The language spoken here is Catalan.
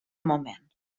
moment